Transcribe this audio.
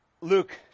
Luke